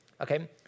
Okay